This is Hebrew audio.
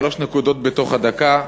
שלוש נקודות בתוך הדקה,